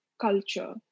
culture